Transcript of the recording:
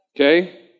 Okay